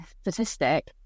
statistic